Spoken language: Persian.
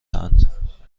اند